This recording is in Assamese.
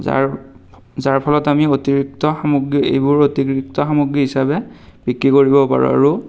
যাৰ যাৰ ফলত আমি অতিৰিক্ত সামগ্ৰী এইবোৰ অতিৰিক্ত সামগ্ৰী হিচাপে বিক্ৰী কৰিব পাৰোঁ আৰু